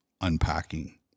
unpacking